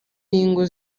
n’ingo